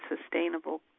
sustainable